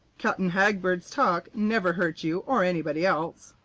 captain hagberd's talk never hurt you or anybody else.